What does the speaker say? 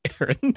Aaron